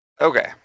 Okay